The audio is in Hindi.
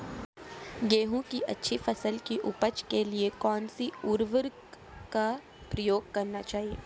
गेहूँ की अच्छी फसल की उपज के लिए कौनसी उर्वरक का प्रयोग करना चाहिए?